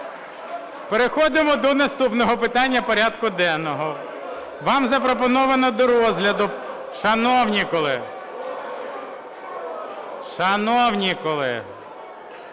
Переходимо до наступного питання порядку денного. Вам запропоновано до розгляду... (Шум